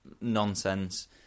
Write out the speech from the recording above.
nonsense